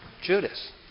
Judas